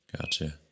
Gotcha